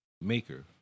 maker